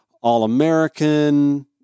All-American